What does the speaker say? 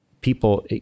people